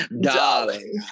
darling